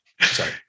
Sorry